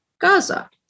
Gaza